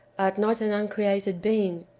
art not an uncreated being,